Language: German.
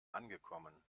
angekommen